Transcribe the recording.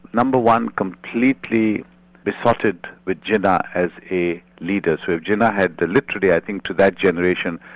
number one, completely besotted with jinnah as a leader. so jinnah had literally i think to that generation,